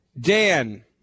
Dan